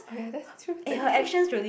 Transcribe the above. oh ya that's true dedication